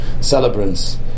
celebrants